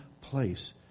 place